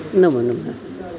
नमो नमः